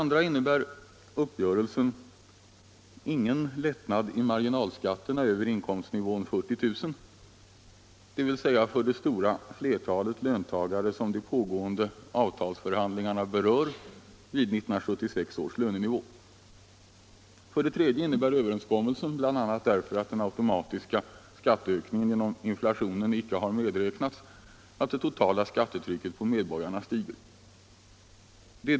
Vidare innebär uppgörelsen ingen lättnad i marginalskatterna över inkomstnivån 40 000 kr., dvs. för det stora flertalet löntagare som de pågående avtalsförhandlingarna berör vid 1976 års lönenivå. Slutligen innebär överenskommelsen, bl.a. därför att den automatiska skatteökningen genom inflationen icke har medräknats, att det totala skattetrycket på medborgarna stiger.